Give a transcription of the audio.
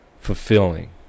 fulfilling